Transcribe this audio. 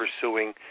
pursuing